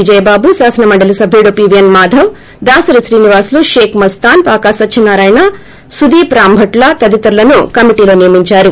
విజయబాబు శాసనమండలి సబ్యుడు పీవీఎస్ మాధవ్ దాసరి శ్రీనివాసులు షేక్ మస్తాన్ పాకా సత్వనారాయణ సుధీష్ రాంబోట్ల తదితరులను కమిటీ లో నియమించారు